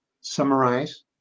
summarize